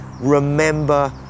remember